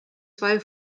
zwei